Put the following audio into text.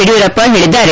ಯಡಿಯೂರಪ್ಪ ಹೇಳಿದ್ದಾರೆ